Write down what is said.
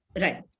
right